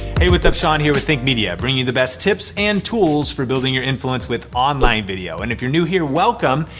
hey, what's up? sean here with think media. bringing you the best tips and tools for building your influence with online video. and if you're new here, welcome,